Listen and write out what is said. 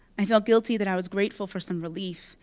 i felt guilty that i was grateful for some relief.